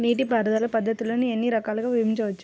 నీటిపారుదల పద్ధతులను ఎన్ని రకాలుగా విభజించవచ్చు?